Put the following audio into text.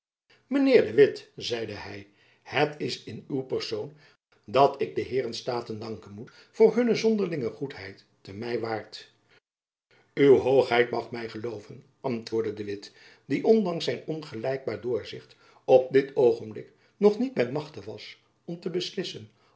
de witt zeide hy het is in uw persoon dat ik de heeren staten danken moet voor hunne zonderlinge goedheid te mywaart uwe hoogheid mag my gelooven antwoordde de witt die ondanks zijn ongelijkbaar doorzicht op dit oogenblik nog niet by machte was om te beslissen